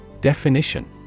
Definition